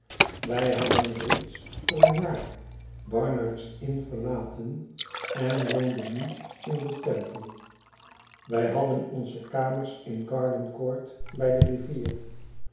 wij hadden reeds voor een jaar barnard's inn verlaten en woonden nu in den temple wij hadden onze kamers in g a rd en co urt bij de rivier